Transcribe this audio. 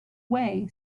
way